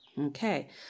Okay